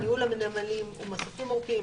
ניהול הנמלים ומסופים עורפיים,